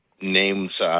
names